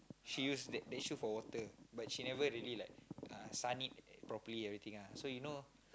she use that that shoe for water but she never really like uh sun it properly everything ah so you know